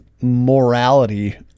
morality